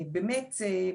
באמת.